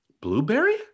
blueberry